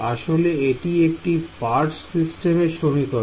আসলে এটি একটি পার্স সিস্টেমের সমীকরণ